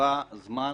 הישיבה זמן.